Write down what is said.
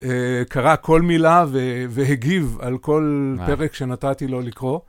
קרא כל מילה והגיב על כל פרק שנתתי לו לקרוא.